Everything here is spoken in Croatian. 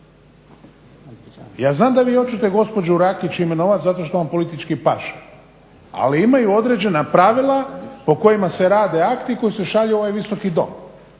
Ja znam da vi hoćete gospođu Rakić imenovati zato što vam politički paše, ali imaju određena pravila po kojima se rade akti koji se šalju u ovaj Visoki dom.